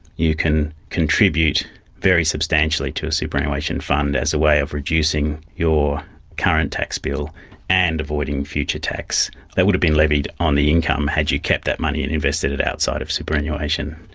you can contribute very substantially to a superannuation fund as a way of reducing your current tax bill and avoiding future tax that would have been levied on the income had you kept that money and invested it outside of superannuation.